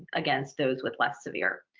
against those with less severe.